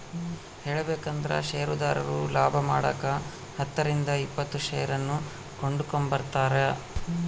ಹೇಳಬೇಕಂದ್ರ ಷೇರುದಾರರು ಲಾಭಮಾಡಕ ಹತ್ತರಿಂದ ಇಪ್ಪತ್ತು ಷೇರನ್ನು ಕೊಂಡುಕೊಂಬ್ತಾರ